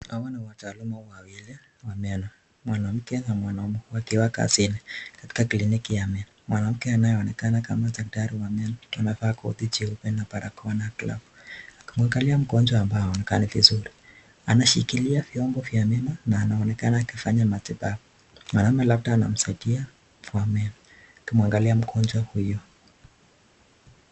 Hawa ni wataalamu wawili wa meno, mwanamke na mwanamume wakiwa kazini katika kliniki ya meno. Mwanamke anayeonekana kama daktari wa meno amevaa koti cheupe na barakoa na glavu. Akimwangalia mgonjwa ambaye haonekani vizuri. Anashikilia vyombo vya meno na anaonekana akifanya matibabu. Mwanamume labda anamsaidia kwa meno, akimwangalia mgonjwa huyo.